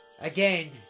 Again